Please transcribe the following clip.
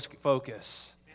focus